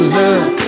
love